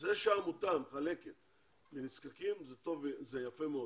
זה שהעמותה מחלקת לנזקקים, זה יפה מאוד